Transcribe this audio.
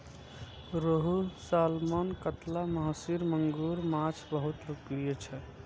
रोहू, सालमन, कतला, महसीर, मांगुर माछ बहुत लोकप्रिय छै